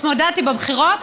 התמודדתי בבחירות,